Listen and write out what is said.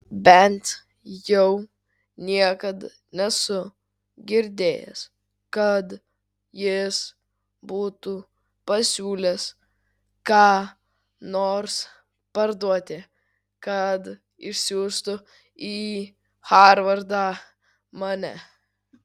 bent jau niekad nesu girdėjęs kad jis būtų pasiūlęs ką nors parduoti kad išsiųstų į harvardą mane